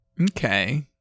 Okay